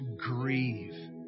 grieve